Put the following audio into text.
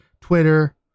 Twitter